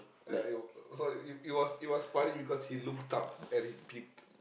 yeah it w~ so it was it was funny because he looked up and he puked